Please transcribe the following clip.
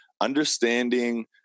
understanding